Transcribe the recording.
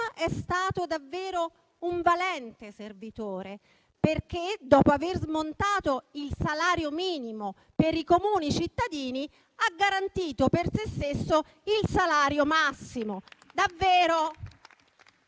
è stato davvero un valente servitore, perché, dopo aver smontato il salario minimo per i comuni cittadini, ha garantito per sé stesso il salario massimo.